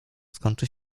skończy